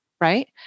right